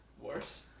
worse